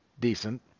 decent